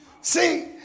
See